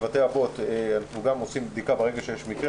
בבתי אבות אנחנו גם עושים בדיקה ברגע שיש מקרה,